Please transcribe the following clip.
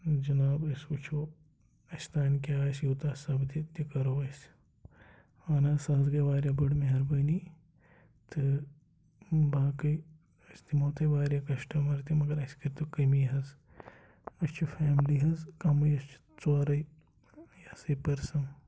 جِناب أسۍ وٕچھو اَسہِ تام کیٛاہ آسہِ یوٗتاہ سَپدِ تہِ کَرو أسۍ اہن حظ سُہ حظ گٔے واریاہ بٔڑ مہربٲنی تہٕ باقٕے أسۍ دِمو تۄہہِ واریاہ کَسٹمَر تہِ مگر اَسہِ کٔرۍتو کمی حظ أسۍ چھِ فٮ۪ملی حظ کَمٕے أسۍ چھِ ژورَے یہِ ہسا یہِ پٔرسَن